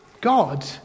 God